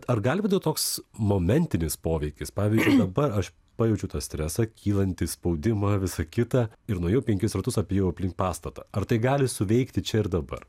ar gali būti toks momentinis poveikis pavyzdžiui dabar aš pajaučiau tą stresą kylantį spaudimą visa kita ir nuėjau penkis ratus apėjau aplink pastatą ar tai gali suveikti čia ir dabar